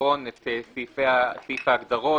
את סעיף המטרה ואת סעיף ההגדרות.